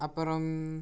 அப்புறம்